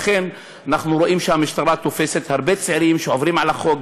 לכן אנחנו רואים שהמשטרה תופסת הרבה צעירים שעוברים על החוק.